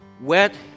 wet